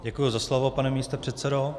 Děkuji za slovo, pane místopředsedo.